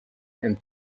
and